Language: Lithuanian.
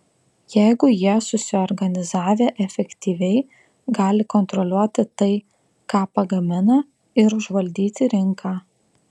jeigu jie susiorganizavę efektyviai gali kontroliuoti tai ką pagamina ir užvaldyti rinką